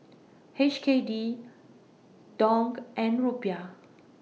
H K D Dong and Rupiah